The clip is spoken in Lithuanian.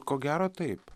ko gero taip